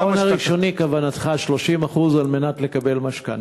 ההון הראשוני, כוונתך, 30%, על מנת לקבל משכנתה.